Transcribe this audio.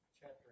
chapter